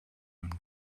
him